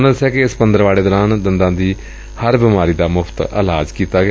ਉਨ੍ਹਾਂ ਦੱਸਿਆ ਕਿ ਇਸ ਪੰਦਰਵਾੜੇ ਦੌਰਾਨ ਦੰਦਾਂ ਦੀ ਹਰ ਬਿਮਾਰੀ ਦਾ ਮੁਫ਼ਤ ਇਲਾਜ ਕੀਤਾ ਗਿਆ